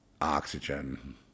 oxygen